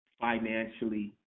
financially